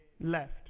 left